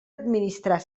administrar